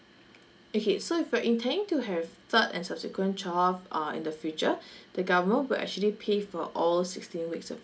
okay so if you're intending to have third and subsequent child uh in the future the government will actually pay for all sixteen weeks of